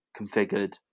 configured